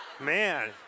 man